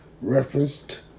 referenced